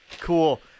Cool